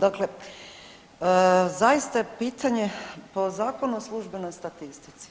Dakle, zaista je pitanje po Zakonu o službenoj statistici